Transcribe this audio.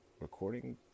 recording